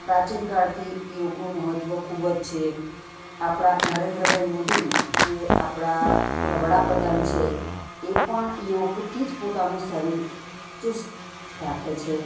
પ્રાચીન કાળથી યોગનું મહત્ત્વ ખૂબ જ છે આપણા નરેન્દ્રભાઈ મોદી જે આપણા વડાપ્રધાન છે એ પણ યોગથી જ પોતાનું શરીર ચુસ્ત રાખે છે